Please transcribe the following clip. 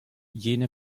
jene